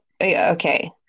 Okay